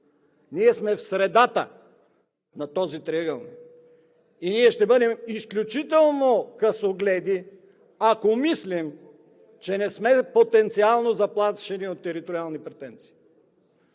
Ние сме в средата на този триъгълник и ще бъдем изключително късогледи, ако мислим, че не сме потенциално заплашени от териториални претенции.